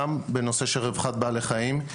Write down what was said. גם בנושא של רווחת בעלי חיים,